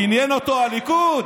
עניין אותו הליכוד?